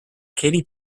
katy